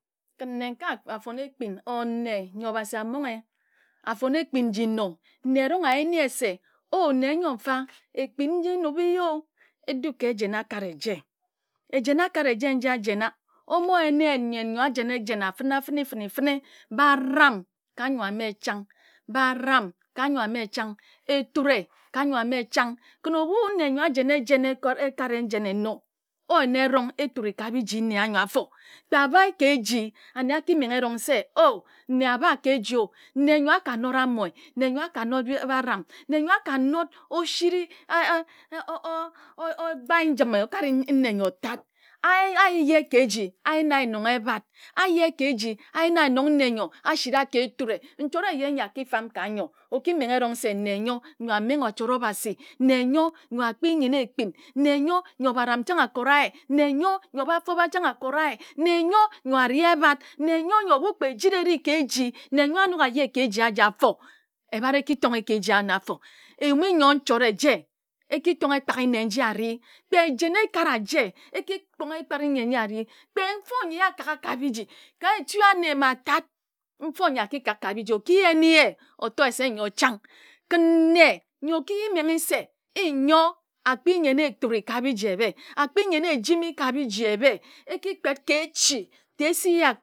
Kən nnenkae a fon ekpin or nne nyo obhasi a monghe a fon ekpin nji no, nne erong a yen se o nne nyo nfa ekpin nji enob ye e du ka ejen akat eje. Ejen kat eje nji jena omo yen ye nne nyo a jena ejen a fəna fəne fəne baram ka nnyo ame chang baram ka nnyo ame chang. Eture ka nnyo ame chang. Ebhu nne nyo a jen ekat ejen eno o yen a erong eture ka biji nne anyo afo. kpo a bae ka eji ane a ki menghe erong se o nne abha ka eji o. Nne nyo a ka not amoe nne nyo aka ot baram. Nne nyo aka not oshiri eoo gbae nji okare nne nyo tat. A ai ye ka eji ane a yena ye mong ebhat. A yena ye nong nne a shira ka eture nchot eye nyi a ki ka nnyo o ki menghe erong se nne nyo nyo a menghe chot obhasi. Nne nyo nyo a kpi nnyen ekpin. Nne nyo nyo bafobha chang a kora ye. Nne nyoo no a ri ebhat nne nyo nyo obhu kpe ejiri e ri ka eji nne nyo a nok a ye ka eji aji afo ebhat e kitonghe ka eji aji afo eyum i nnyo nchot eje e ki tonghe ekpak i nne nji ari kpe ejen ekat eje e ki tong ekpe i nne nji ari kpe nfo nyi yee a kaghha ka biji a ki tonghe ekpak nne nji a ri koh etu ane ma tat mfo nyi a kik ka biji o ki yen ye o to se nyo chang kən nne nyo o ki menghe nyo a kpi nnyen eture ka biji ebhe a kpi nnyen ejimi ka biji ebhe. E kpet ka echi ta e si.